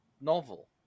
novel